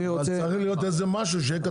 אבל צריך להיות משהו שיהיה כתוב.